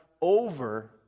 over